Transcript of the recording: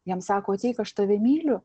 jam sako ateik aš tave myliu